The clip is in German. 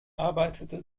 arbeitete